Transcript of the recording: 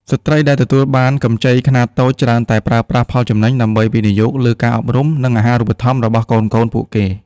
ស្ត្រីដែលទទួលបានកម្ចីខ្នាតតូចច្រើនតែប្រើប្រាស់ផលចំណេញដើម្បីវិនិយោគលើការអប់រំ និងអាហារូបត្ថម្ភរបស់កូនៗពួកគេ។